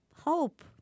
hope